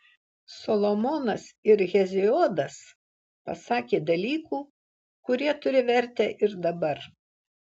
solomonas ir heziodas pasakė dalykų kurie turi vertę ir dabar